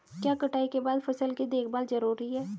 क्या कटाई के बाद फसल की देखभाल जरूरी है?